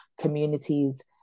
communities